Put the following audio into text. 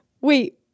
Wait